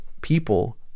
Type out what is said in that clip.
people